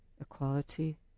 equality